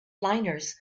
liners